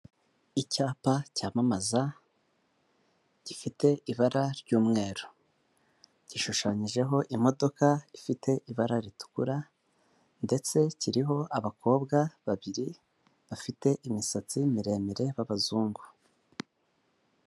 Icyapa cyamamaza gifite ibara ry'umweru gishushanyijeho imodoka ifite ibara ritukura ndetse kiriho abakobwa babiri bafite imisatsi miremire b'abazungu.